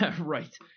right